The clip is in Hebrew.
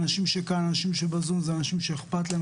האנשים שכאן והאנשים שבזום הם אנשים שאכפת להם,